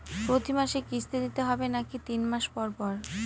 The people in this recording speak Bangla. প্রতিমাসে কিস্তি দিতে হবে নাকি তিন মাস পর পর?